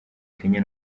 kenya